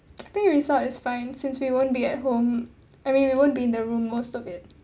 the result is fine since we won't be at home I mean we won't be in the room most of it